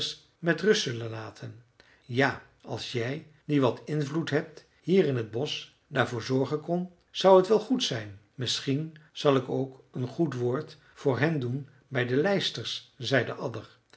met rust zullen laten ja als jij die wat invloed hebt hier in t bosch daarvoor zorgen kon zou het wel goed zijn misschien zal ik ook een goed woord voor hen doen bij de lijsters zei de adder